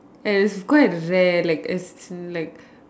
and it is quite rare like as in like